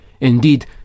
Indeed